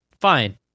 fine